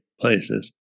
places